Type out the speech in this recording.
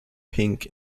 pink